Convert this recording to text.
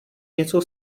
něco